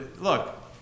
look